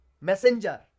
Messenger